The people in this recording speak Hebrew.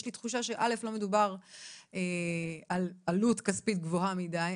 יש לי תחושה שלא מדובר על עלות כספית גבוהה מידי.